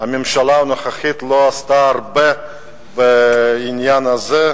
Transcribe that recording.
שהממשלה הנוכחית לא עשתה הרבה בעניין הזה.